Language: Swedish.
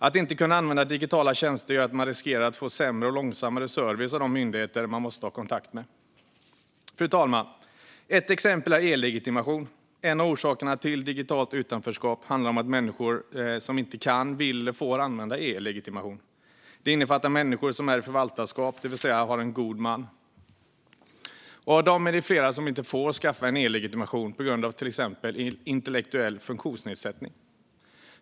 Att inte kunna använda digitala tjänster gör att man riskerar att få sämre och långsammare service av de myndigheter man måste ha kontakt med. Fru talman! Ett exempel är e-legitimation. En av orsakerna till digitalt utanförskap är att människor inte kan, vill eller får använda e-legitimation. Detta innefattar människor som är i förvaltarskap, det vill säga har en god man. Av dem är det flera som inte får skaffa en e-legitimation på grund av till exempel intellektuell funktionsnedsättning.